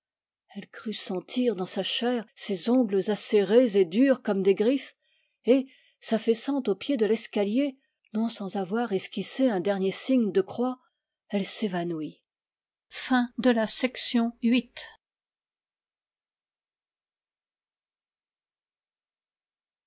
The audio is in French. elle crut sentir dans sa chair ses ongles acérés et durs comme des griffes et s'affaissant au pied de l'escalier non sans avoir esquissé un dernier signe de croix elle s'évanouit